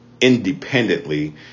independently